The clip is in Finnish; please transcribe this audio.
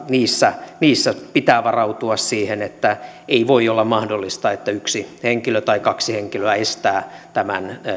niissä niissä pitää varautua siihen että ei voi olla mahdollista että yksi henkilö tai kaksi henkilöä estää tämän